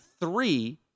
three